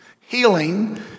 Healing